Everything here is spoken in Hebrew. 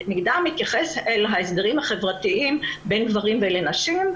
מגדר מתייחס אל ההסדרים החברתיים בין גברים לנשים,